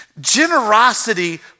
Generosity